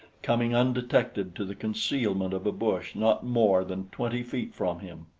coming undetected to the concealment of a bush not more than twenty feet from him.